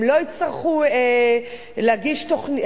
הם לא יצטרכו להגיש תוכניות,